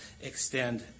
extend